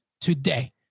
today